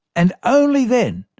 and only then,